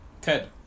Ted